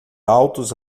altos